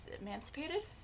emancipated